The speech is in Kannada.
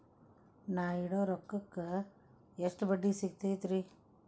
ನಾ ಇಡೋ ರೊಕ್ಕಕ್ ಎಷ್ಟ ಬಡ್ಡಿ ಸಿಕ್ತೈತ್ರಿ?